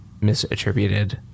misattributed